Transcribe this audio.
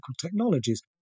technologies